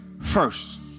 first